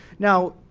now,